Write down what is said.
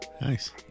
Nice